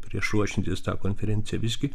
prieš ruošiantis tą konferenciją visgi